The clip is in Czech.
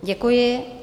Děkuji.